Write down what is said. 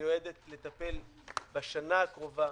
שמיועדת לטפל בשנה הקרובה,